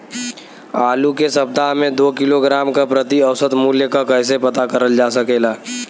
आलू के सप्ताह में दो किलोग्राम क प्रति औसत मूल्य क कैसे पता करल जा सकेला?